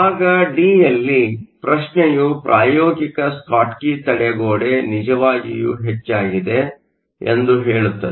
ಭಾಗ ಡಿ ಯಲ್ಲಿ ಪ್ರಶ್ನೆಯು ಪ್ರಾಯೋಗಿಕ ಸ್ಕಾಟ್ಕಿ ತಡೆಗೋಡೆ ನಿಜವಾಗಿಯೂ ಹೆಚ್ಚಾಗಿದೆ ಎಂದು ಹೇಳುತ್ತದೆ